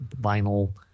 vinyl